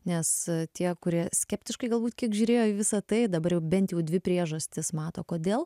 nes e tie kurie skeptiškai galbūt kiek žiūrėjo į visa tai dabar jau bent jau dvi priežastis mato kodėl